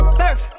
surf